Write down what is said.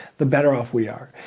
the better off we are.